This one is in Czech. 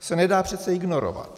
To se nedá přece ignorovat.